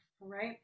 right